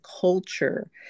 culture